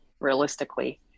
realistically